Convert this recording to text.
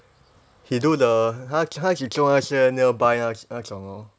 he do the 他他只做那些 nearby 的那种咯